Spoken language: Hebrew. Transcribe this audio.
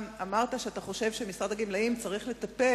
אמרת שאתה חושב שמשרד הגמלאים צריך לטפל,